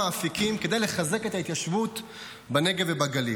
אפיקים כדי לחזק את ההתיישבות בנגב ובגליל.